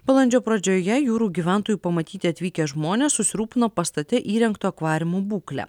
balandžio pradžioje jūrų gyventojų pamatyti atvykę žmonės susirūpino pastate įrengto akvariumo būkle